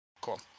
Cool